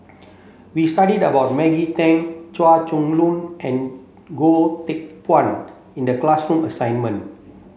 we studied about Maggie Teng Chua Chong Long and Goh Teck Phuan in the classroom assignment